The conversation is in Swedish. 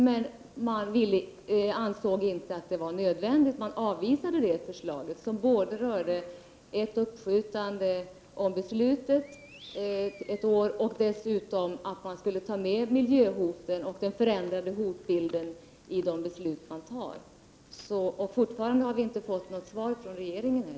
Men man ansåg inte att det var nödvändigt och avvisade förslaget, som rörde både ett uppskjutande av beslutet ett år och dessutom att man skulle ta med miljöhoten och den förändrade hotbilden i beslutet. Vi har fortfarande inte fått något svar från regeringen.